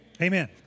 Amen